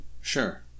Sure